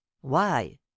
Why